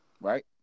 right